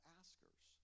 askers